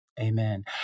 Amen